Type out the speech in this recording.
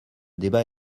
débat